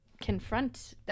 confront